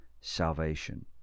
salvation